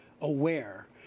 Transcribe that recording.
aware